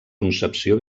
concepció